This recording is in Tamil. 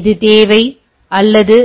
இது தேவை அல்லது